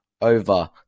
over